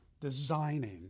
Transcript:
designing